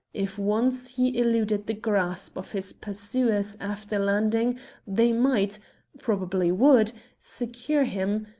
if once he eluded the grasp of his pursuers after landing they might probably would secure him,